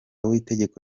w‟itegeko